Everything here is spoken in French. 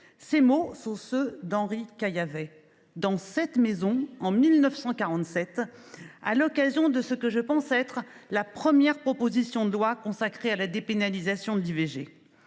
Ces mots sont ceux d’Henri Caillavet. Ils ont été prononcés en 1947, à l’occasion de ce que je pense être la première proposition de loi consacrée à la dépénalisation de